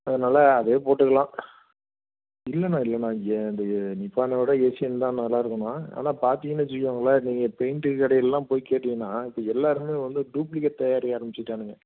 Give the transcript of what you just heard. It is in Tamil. அதனால் அதையேப் போட்டுக்கலாம் இல்லைண்ணா இல்லைண்ணா ஏ இந்த நிப்பானை விட ஏஷியன் தான் நல்லாயிருக்கும்ண்ணா ஆனால் பார்த்தீங்கன்னு வச்சுக்கோங்களேன் நீங்கள் பெயிண்ட்டு கடையிலெல்லாம் போய் கேட்டிங்கன்னால் இப்போ எல்லோருமே வந்து டூப்ளிகேட் தயாரிக்க ஆரம்பிச்சுட்டானுங்க